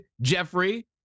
Jeffrey